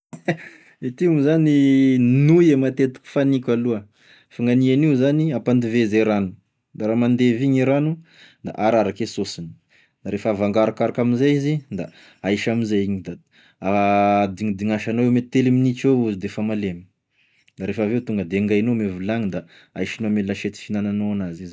Ity moa zany, nouille matetiky faniko aloha fanagny an'io zany ampandivezy e rano, da raha mandevy igny e rano, da araraky e saosiny, rehefa avy angarikarika amzay izy da ahisy amzay igny, da dignidigniasagnao eo ame telo minitra eo izy d'efa malemy da refa aveo tonga de ingainao ame vilagny da ahisy ame lasiety hignagnanao azy izy rehefa avy eo da hoagninao